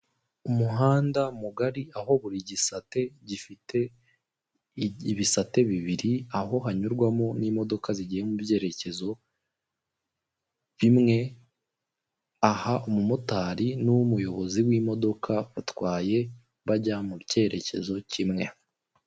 Umuhanda mugari, aho buri gisate gifite ibisate bibiri, aho hanyurwamo n'imodoka zigiye mu byerekezo bimwe, aha umumotari n'umuyobozi w'imodoka batwaye bajya mu cyerekezo kimwe.